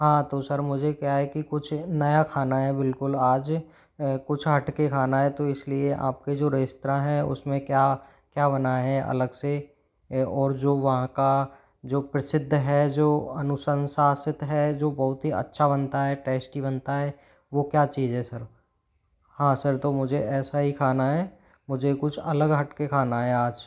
हाँ तो सर मुझे क्या है कि कुछ नया खाना है बिल्कुल आज कुछ हटके खाना है तो इसलिए आपके जो रेस्तराँ है उसमें क्या क्या बना है अलग से और जो वहाँ का जो प्रसिद्ध है जो अनुसंशासित है जो बहुत ही अच्छा बनता है टैस्टी बनता है वो क्या चीज़ है सर हाँ सर तो मुझे ऐसा ही खाना है मुझे कुछ अलग हटके खाना है आज